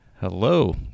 hello